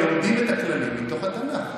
לומדים את הכללים מתוך התנ"ך.